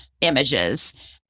images